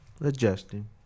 Adjusting